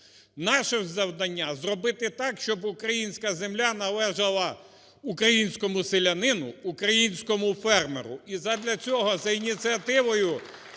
Наше завдання – зробити так, щоб українська земля належала українському селянину, українському фермеру.